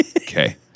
Okay